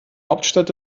hauptstadt